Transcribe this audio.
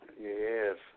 Yes